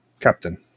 captain